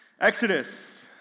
Exodus